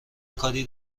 کاری